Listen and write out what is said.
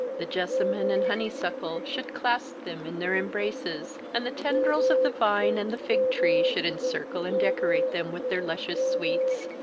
the jessamine and honey-suckle should clasp them in their embraces, and the tendrils of the vine and the fig-tree should encircle and decorate them with their luscious sweets.